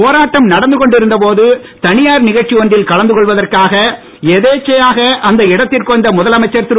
போராட்டம் நடந்து கொண்டிருந்த போது தனியார் நிகழ்ச்சி ஒன்றில் கலந்து கொள்வதற்காக எதேச்சையாக அந்த இடத்திற்கு வந்த முதலமைச்சர் திரு